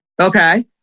okay